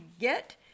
get